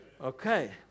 Okay